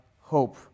hope